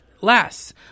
less